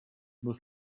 muss